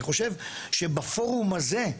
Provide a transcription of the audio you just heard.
אני חושב שבפורום הזה,